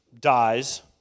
dies